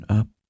up